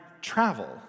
travel